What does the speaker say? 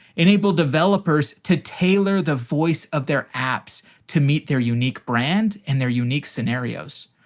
enable developers to tailor the voice of their apps to meet their unique brand and their unique scenarios.